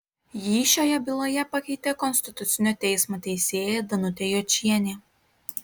jį šioje byloje pakeitė konstitucinio teismo teisėja danutė jočienė